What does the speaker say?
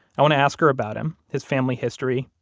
i want to ask her about him, his family history,